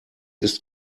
ist